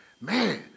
man